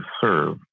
serve